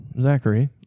Zachary